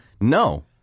No